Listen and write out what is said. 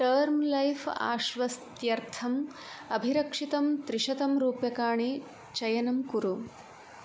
term life आश्वस्त्यर्थम् अभिरक्षितं त्रिशतं रूप्यकाणि चयनं कुरु